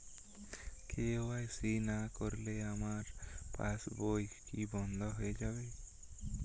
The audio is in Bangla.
কে.ওয়াই.সি না করলে আমার পাশ বই কি বন্ধ হয়ে যাবে?